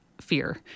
fear